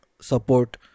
support